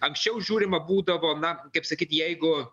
anksčiau žiūrima būdavo na kaip sakyt jeigu